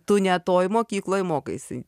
tu ne toj mokykloj mokaisi